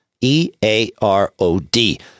E-A-R-O-D